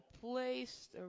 placed